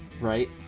right